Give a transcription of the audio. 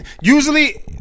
Usually